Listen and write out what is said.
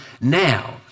now